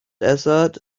dessert